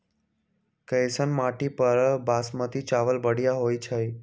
कैसन माटी पर बासमती चावल बढ़िया होई छई?